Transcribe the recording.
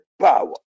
power